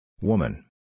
Woman